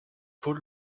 paul